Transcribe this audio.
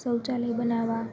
શૌચાલય બનાવવા